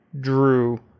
drew